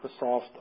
Microsoft